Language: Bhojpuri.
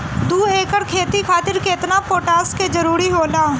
दु एकड़ खेती खातिर केतना पोटाश के जरूरी होला?